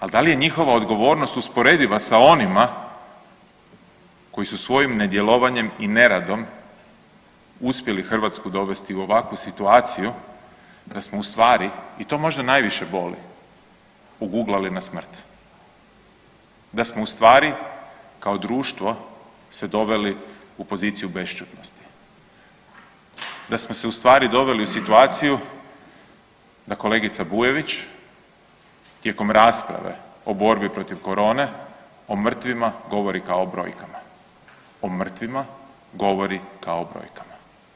Al da li je njihova odgovornost usporediva sa onima koji su svojim nedjelovanjem i neradom uspjeli Hrvatsku dovesti u ovakvu situaciju da smo u stvari i to možda najviše boli oguglali na smrt, da smo u stvari kao društvo se doveli u poziciju bešćutnosti, da smo se u stvari doveli u situaciju da kolegica Bujević tijekom rasprave o borbi protiv korone o mrtvima govori kao o brojkama, o mrtvima govori kao o brojkama.